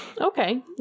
Okay